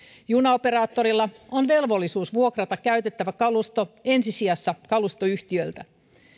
junaoperaattorilla on velvollisuus vuokrata käytettävä kalusto ensi sijassa kalustoyhtiöltä